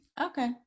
Okay